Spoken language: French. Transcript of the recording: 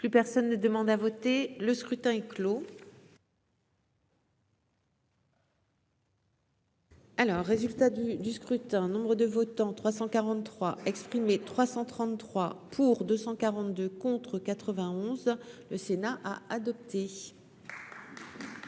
Plus personne ne demande à voter, le scrutin est clos. Alors résultat du du scrutin Nombre de votants : 343 exprimés 333 pour 242 contre 91, le Sénat a adopté.